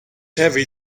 heavy